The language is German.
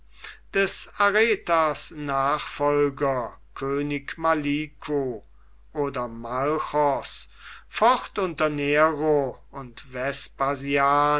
des aretas nachfolger könig maliku oder malchos focht unter nero und